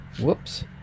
whoops